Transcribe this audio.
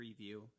preview